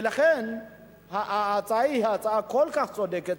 ולכן ההצעה כל כך צודקת.